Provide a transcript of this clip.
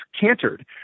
cantered